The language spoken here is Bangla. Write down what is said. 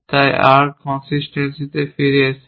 তাই arch consistency এ ফিরে এসে